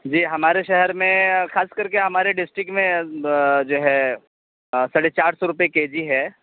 جی ہمارے شہر میں خاص کر کے ہمارے ڈسٹک میں جو ہے ساڑھے چار سو روپے کے جی ہے